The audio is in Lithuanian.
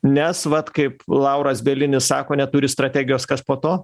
nes vat kaip lauras bielinis sako neturi strategijos kas po to